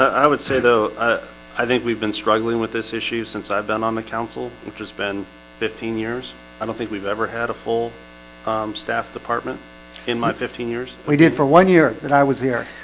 i would say though ah i think we've been struggling with this issue since i've been on the council, which has been fifteen years i don't think we've ever had a full staff department in my fifteen years. we did for one year that i was here.